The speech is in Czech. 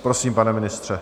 Prosím, pane ministře.